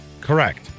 Correct